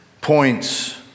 points